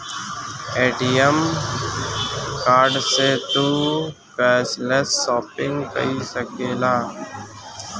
ATM card से तू cashless shopping कई सकेला